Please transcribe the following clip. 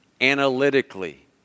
analytically